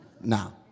now